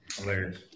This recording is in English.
hilarious